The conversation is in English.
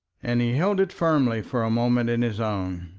and he held it firmly for a moment in his own.